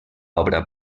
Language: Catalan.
obra